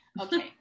Okay